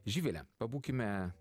živile pabūkime